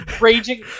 raging